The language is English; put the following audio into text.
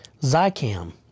Zycam